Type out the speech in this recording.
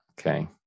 Okay